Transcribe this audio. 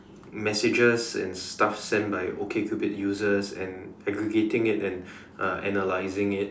messages and stuff sent by okay cupid user and aggregating it uh and analyzing it